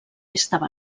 estava